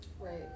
right